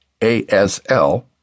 ASL